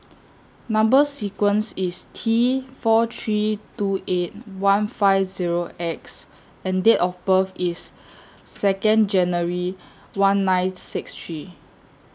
Number sequence IS T four three two eight one five Zero X and Date of birth IS Second January one nine six three